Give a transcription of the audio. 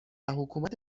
حکومت